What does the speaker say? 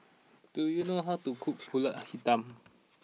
do you know how to cook Pulut Hitam